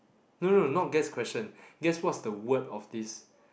no no no not guess question guess what's the word of this